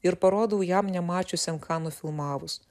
ir parodau jam nemačiusiam ką nufilmavus